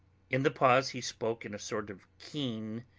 in the pause he spoke in a sort of keen,